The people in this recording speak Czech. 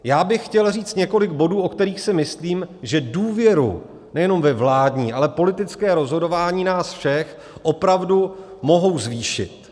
Já bych chtěl říct několik bodů, o kterých si myslím, že důvěru nejenom ve vládní, ale politické rozhodování nás všech opravdu mohou zvýšit.